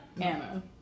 Anna